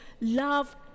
love